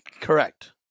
Correct